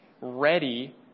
ready